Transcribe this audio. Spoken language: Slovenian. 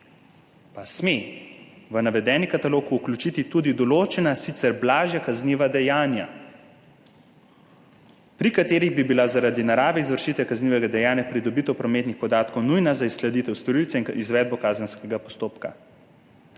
pa sme »v navedeni katalog vključiti tudi določena, sicer blažja kazniva dejanja, pri katerih bi bila zaradi narave izvršitve kaznivega dejanja pridobitev prometnih podatkov nujna za izsleditev storilca in izvedbo kazenskega postopka.«